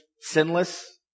sinless